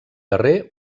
darrer